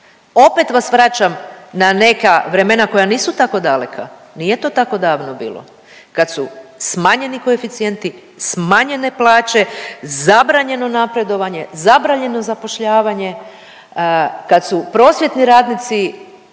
Opet vas vraćam na neka vremena koja nisu tako daleko, nije to tako davno bilo kad su smanjeni koeficijenti, smanjene plaće, zabranjeno napredovanje, zabranjeno zapošljavanje, kad su prosvjetni radnici